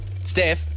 Steph